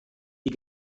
die